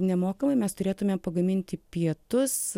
nemokamai mes turėtume pagaminti pietus